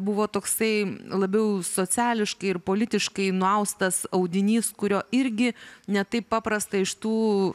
buvo toksai labiau sociališkai ir politiškai nuaustas audinys kurio irgi ne taip paprasta iš tų